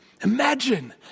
Imagine